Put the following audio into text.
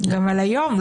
גם על היום.